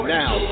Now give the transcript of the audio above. now